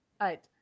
right